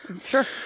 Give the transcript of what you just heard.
Sure